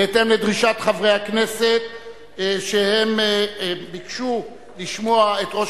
בהתאם לדרישת חברי הכנסת שביקשו לשמוע את ראש